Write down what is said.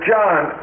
John